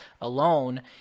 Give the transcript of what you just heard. alone